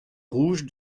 rouge